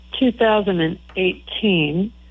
2018